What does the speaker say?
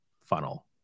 funnel